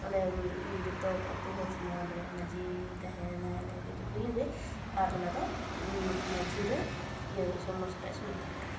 ᱚᱸᱰᱮ ᱡᱚᱛᱚ ᱟᱹᱛᱩ ᱦᱚᱲ ᱥᱟᱢᱟᱝᱨᱮ ᱢᱟᱺᱡᱷᱤ ᱛᱮᱦᱮᱱᱟᱭ ᱟᱨ ᱚᱱᱟᱫᱚ ᱢᱟᱺᱡᱷᱤᱫᱚᱭ ᱤᱭᱟᱹ ᱥᱚᱢᱚᱥᱥᱟᱴᱟ ᱮ ᱥᱚᱢᱟᱫᱷᱟᱱᱠᱟᱜ ᱜᱮ